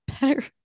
better